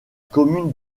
commune